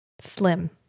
Slim